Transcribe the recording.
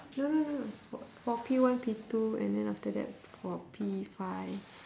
no no no no for for P one P two and then after that for P five